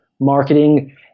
marketing